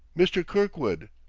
mr. kirkwood!